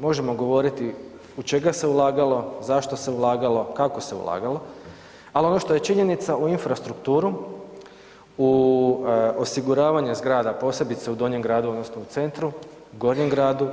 Možemo govoriti u čega se ulagalo, zašto se ulagalo, kako se ulagalo, ali ono što je činjenica u infrastrukturu, u osiguravanje zgrada posebice u Donjem gradu u centru, u Gornjem gradu